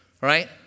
right